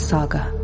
Saga